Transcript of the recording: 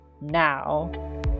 now